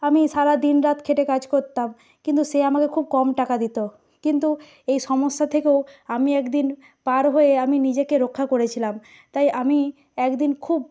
আমি সারা দিন রাত খেটে কাজ করতাম কিন্তু সে আমাকে খুব কম টাকা দিত কিন্তু এই সমস্যা থেকেও আমি এক দিন পার হয়ে আমি নিজেকে রক্ষা করেছিলাম তাই আমি এক দিন খুব